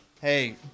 Hey